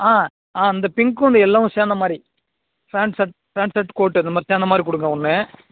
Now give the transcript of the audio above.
ஆ ஆ அந்தப் பிங்க்கும் அந்த எல்லோவும் சேர்ந்த மாதிரி pant shirt pant shirt coat அந்தமாதிரி சேர்ந்த மாதிரி கொடுங்க ஒன்று